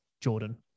Jordan